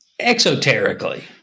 Exoterically